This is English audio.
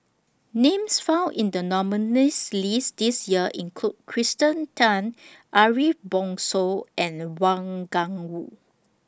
Names found in The nominees' list This Year include Kirsten Tan Ariff Bongso and Wang Gungwu